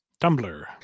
Tumblr